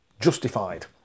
justified